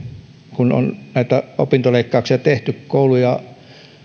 kun on näitä opintoleikkauksia tehty kouluja